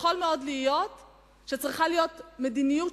יכול מאוד להיות שצריכה להיות מדיניות